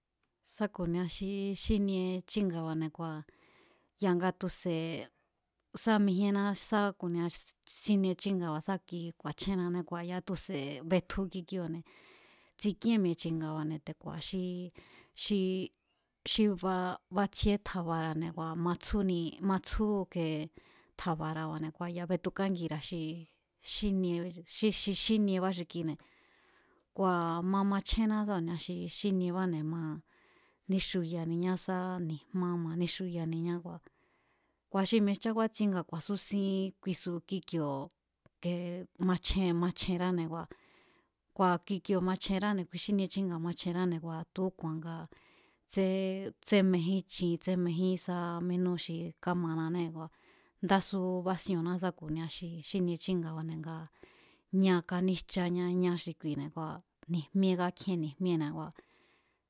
Sá ku̱nia xi xínie chínga̱ba̱ne̱ kua̱ ya̱nga tu̱se̱ sá mijíénna sá ku̱nia sínie chínga̱ba̱ sá ki ku̱a̱chjénané kua̱ ya̱a tu̱se̱ betju kikioo̱ne̱. tsik'íén mi̱e̱ chi̱nga̱ba̱ne̱ te̱ku̱a̱ xi xi, xi ba batsjíé tja̱ba̱ra̱ne̱ kua̱ matsjúni, matsjú kee tja̱ba̱ra̱ba̱ne̱ kua̱ ya̱ betukángira̱ xi xínie xi xínieḇa xi kine̱, kua̱ ma machjéná sá ku̱nia xi xíniebáne̱ ma níxuyaniñá sá ni̱jmá ma níxuyaniñá kua̱, kua̱ xi mi̱e̱jchá kúátsieé kua̱ ku̱a̱súsin kuisu kíkioo̱ ke machjen machjenráne̱ kua̱, kua̱ kikioo̱ machjenráne̱ kui xínie chínga̱ machjenráne̱ kua̱ tu̱úku̱a̱n nga tsé tsémejín chin tsémejín sá ménú xi kámananée̱ kua̱ ndásu básíóo̱nná sá ku̱nia xi xínie chínga̱bane̱ ngaa̱ ñá káníjcháñá ñá xi kuine̱ ngua̱ ni̱jmíé kákjíén ni̱jmíéne̱ ngua̱